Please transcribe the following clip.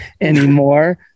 anymore